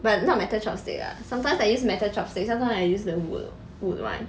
but not metal chopstick ah sometimes I use metal chopsticks sometime I use the wood wood one